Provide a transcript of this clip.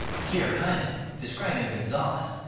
here heymann, decribing gonzalez,